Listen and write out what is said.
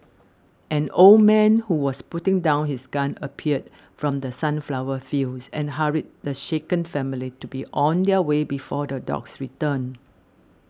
an old man who was putting down his gun appeared from the sunflower fields and hurried the shaken family to be on their way before the dogs return